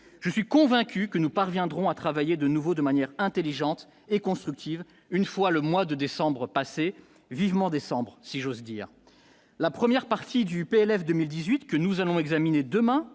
je suis convaincu que nous parviendrons à travailler de nouveau de manière intelligente et constructive, une fois le mois de décembre passé vivement décembre si j'ose dire, la première partie du PLF 2018 que nous allons examiner demain